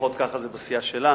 לפחות ככה זה בסיעה שלנו.